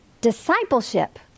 discipleship